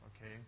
okay